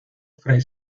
fray